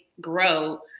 grow